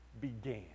began